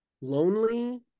lonely